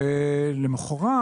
למוחרת